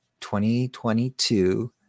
2022